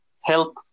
help